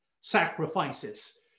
sacrifices